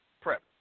Prep